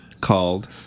called